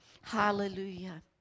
Hallelujah